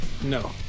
No